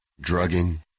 drugging